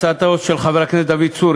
הצעתם של חברי הכנסת דוד צור,